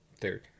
Third